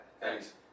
Thanks